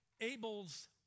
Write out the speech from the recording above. Abel's